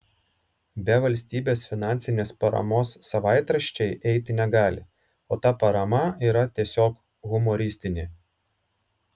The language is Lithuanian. be valstybės finansinės paramos savaitraščiai eiti negali o ta parama yra tiesiog humoristinė